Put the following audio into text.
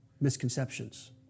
misconceptions